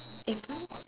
if I